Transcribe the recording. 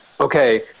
okay